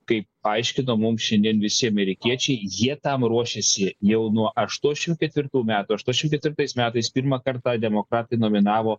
kaip aiškino mums šiandien visi amerikiečiai jie tam ruošėsi jau nuo aštuoniasdešimt ketvirtų metų aštuoniasdešimt ketvirtais metais pirmą kartą demokratai nominavo